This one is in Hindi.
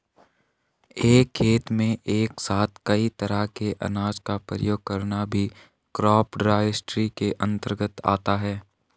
एक खेत में एक साथ कई तरह के अनाज का प्रयोग करना भी क्रॉप डाइवर्सिटी के अंतर्गत आता है